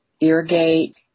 irrigate